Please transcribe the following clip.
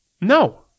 No